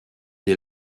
dès